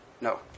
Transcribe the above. no